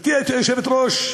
גברתי היושבת-ראש,